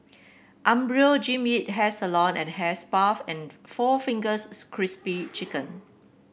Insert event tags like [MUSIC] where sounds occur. Umbro Jean Yip Hairs along and Hair Spa and [UNINTELLIGIBLE] four Fingers Crispy Chicken